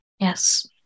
Yes